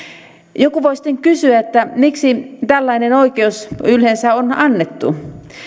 joku voi sitten kysyä miksi tällainen oikeus yleensä on annettu